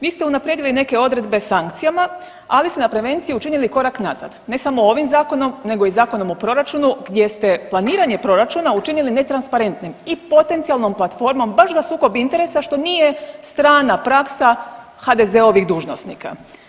Vi ste unaprijedili neke odredbe sankcijama, ali ste na prevencije učinili korak nazad, ne samo ovim zakonom, nego i Zakonom o proračunu gdje ste planiranje proračuna učinili netransparentnim i potencionalnom platformom baš za sukob interesa, što nije strana praksa HDZ-ovih dužnosnika.